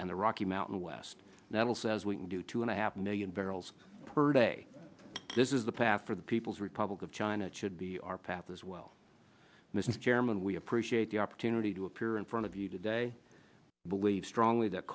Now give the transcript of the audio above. and the rocky mountain west that will says we can do two and a half million barrels per day this is the path for the people's republic of china it should be our path as well mr chairman we appreciate the opportunity to appear in front of you today believe strongly that